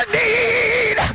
need